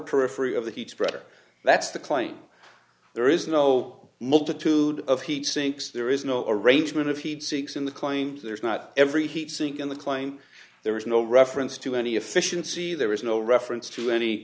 periphery of the heats pressure that's the claim there is no multitude of heat sinks there is no arrangement of heat sinks in the claims there is not every heat sink in the claim there is no reference to any efficiency there is no reference to any